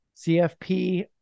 CFP